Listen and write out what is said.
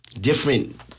different